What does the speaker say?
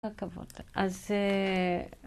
אוקיי, בואו נתחיל.